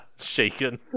shaken